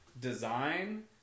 design